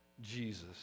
Jesus